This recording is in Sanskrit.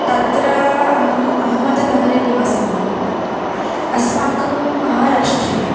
तत्र अहम् अह्मद् नगरे निवसामि अस्माकं महाराष्ट्रिये